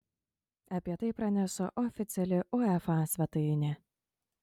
apie tai praneša oficiali uefa svetainė